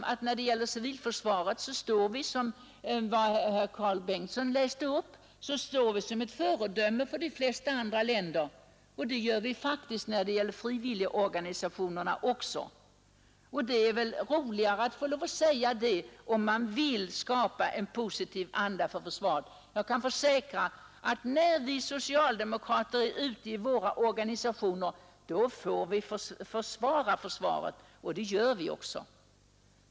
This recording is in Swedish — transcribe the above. Beträffande civilförsvaret är det som herr Karl Bengtsson sade så att vi står som ett föredöme för de flesta andra länder. Det gör vi faktiskt också när det gäller frivilligorganisationerna. Det måste vara roligare att skapa en positiv anda för försvaret. Jag kan försäkra att när vi socialdemokrater är ute i våra organisationer, då får vi försvara försvaret, och det gör vi också.